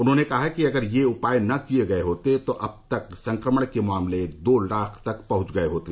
उन्होंने कहा कि अगर ये उपाय नहीं किए गए होते तो अब तक संक्रमण के मामले दो लाख तक पहंच गए होते